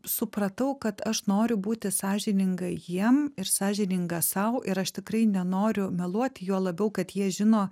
supratau kad aš noriu būti sąžininga jiem ir sąžininga sau ir aš tikrai nenoriu meluoti juo labiau kad jie žino